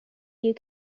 you